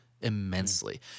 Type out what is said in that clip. immensely